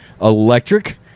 electric